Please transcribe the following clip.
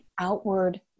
outward